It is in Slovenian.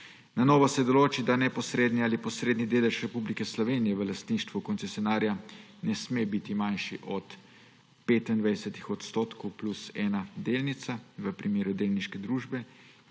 Na novo se določi, da neposredni ali posredni delež Republike Slovenije v lastništvu koncesionarja ne sme biti manjši od 25 % plus ena delnica v primeru delniške družbe